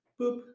Boop